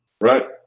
right